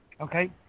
okay